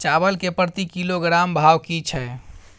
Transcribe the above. चावल के प्रति किलोग्राम भाव की छै?